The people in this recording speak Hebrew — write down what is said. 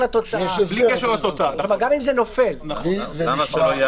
לפני שנדבר על